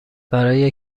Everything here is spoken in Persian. برای